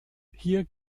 hier